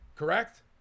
Correct